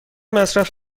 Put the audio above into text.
مصرف